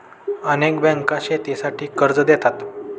अनेक बँका शेतीसाठी कर्ज देतात